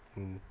mm